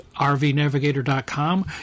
rvnavigator.com